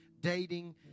dating